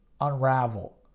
unravel